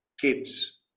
kids